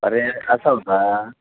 अरे असं होता